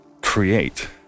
create